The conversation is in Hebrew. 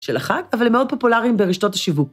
‫של החג, אבל מאוד פופולריים ‫ברשתות השיווק.